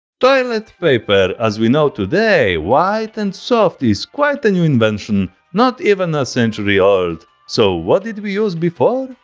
toilet paper as we know today white and soft is quite a new invention not even a century old. so what did we use before?